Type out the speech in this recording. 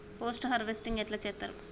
Post harvesting ఎట్ల చేత్తరు?